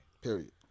Period